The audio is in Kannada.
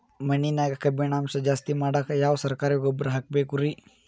ಮಣ್ಣಿನ್ಯಾಗ ಕಬ್ಬಿಣಾಂಶ ಜಾಸ್ತಿ ಮಾಡಾಕ ಯಾವ ಸರಕಾರಿ ಗೊಬ್ಬರ ಹಾಕಬೇಕು ರಿ?